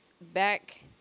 back